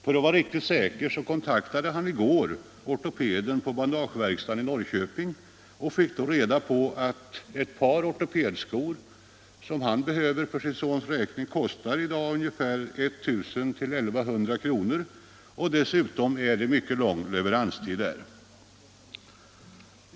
För att vara riktigt säker kontaktade han i går ortopeden på bandageverkstaden i Norrköping och fick då reda på att ett par ortopedskor, sådana som han behöver för sin sons räkning, i dag kostar ungefär 1000-1 100 kronor och att det dessutom är mycket lång leveranstid.